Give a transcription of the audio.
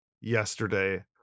yesterday